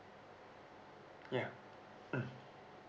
ya mm